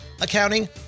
accounting